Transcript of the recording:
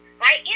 right